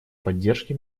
поддержки